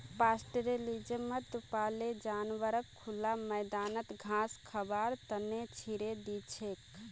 पास्टोरैलिज्मत पाले जानवरक खुला मैदानत घास खबार त न छोरे दी छेक